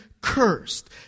cursed